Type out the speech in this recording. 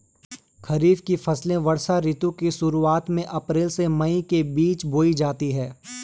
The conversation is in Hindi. खरीफ की फसलें वर्षा ऋतु की शुरुआत में, अप्रैल से मई के बीच बोई जाती हैं